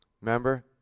Remember